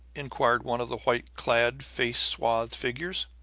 inquired one of the white-clad, face-swathed figures.